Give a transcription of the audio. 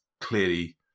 clearly